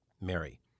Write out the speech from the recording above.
Mary